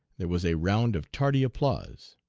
there was a round of tardy applause.